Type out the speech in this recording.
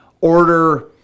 order